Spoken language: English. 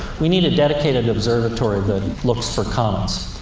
we need a dedicated observatory that looks for comets.